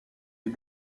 les